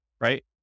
right